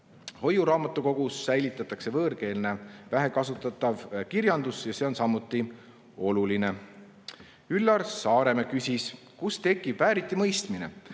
Hoiuraamatukogus säilitatakse võõrkeelset vähe kasutatavat kirjandust ja see on samuti oluline. Üllar Saaremäe küsis, millest tekib see vääritimõistmine,